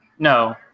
No